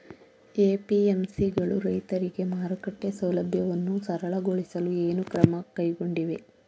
APMC ಗಳು ರೈತರಿಗೆ ಮಾರುಕಟ್ಟೆ ಸೌಲಭ್ಯವನ್ನು ಸರಳಗೊಳಿಸಲು ಏನು ಕ್ರಮ ಕೈಗೊಂಡಿವೆ?